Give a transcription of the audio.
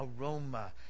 aroma